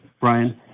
Brian